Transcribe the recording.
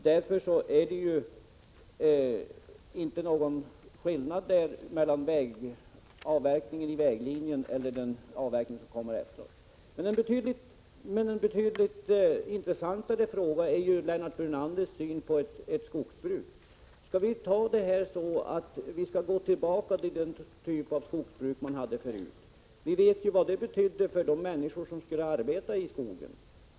Därför är det inte någon skillnad mellan avverkning i väglinjen och den avverkning som sker efteråt. Men en betydligt intressantare fråga är Lennart Brunanders syn på hur ett skogsbruk skall bedrivas. Skall vi uppfatta honom så att vi skall gå tillbaka till den typ av skogsbruk som vi hade tidigare? Vi vet ju vad ett sådant skogsbruk betydde för de människor som arbetade i skogen.